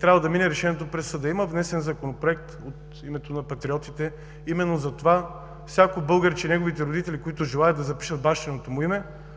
трябва да мине решението през съда. Има внесен Законопроект от името на патриотите именно за това всяко българче и неговите родители, които желаят да запишат бащиното му име,